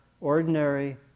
ordinary